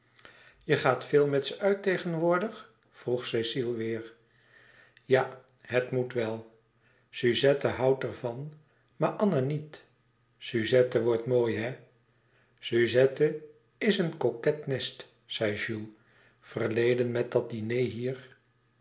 je gaat veel met ze uit tegenwoordig vroeg cecile weêr ja het moet wel suzette houdt er van maar anna niet suzette wordt mooi hé suzette is een coquet nest zei jules verleden met dat diner hier